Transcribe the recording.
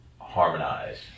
harmonize